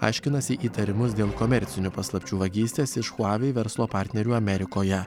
aiškinasi įtarimus dėl komercinių paslapčių vagystės iš huawei verslo partnerių amerikoje